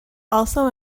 also